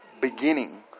beginning